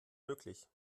möglich